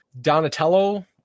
Donatello